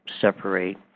separate